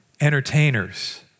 entertainers